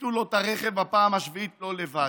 שהציתו לו את הרכב בפעם השביעית, לא לבד.